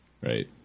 right